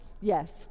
Yes